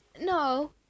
No